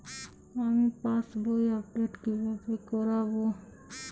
আমি পাসবই আপডেট কিভাবে করাব?